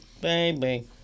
Baby